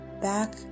back